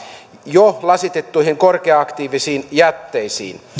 jo lasitettuihin korkea aktiivisiin jätteisiin